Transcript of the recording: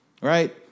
right